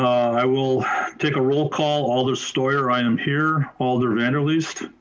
i will take a roll call. alder steuer, i am here. alder vanderleest.